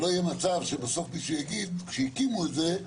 שלא יהיה מצב שבסוף יהיה מי שיגיד: כשהקימו את זה,